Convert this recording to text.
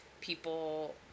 people